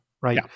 Right